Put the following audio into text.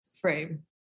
frame